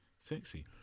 sexy